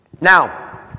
Now